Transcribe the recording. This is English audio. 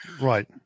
Right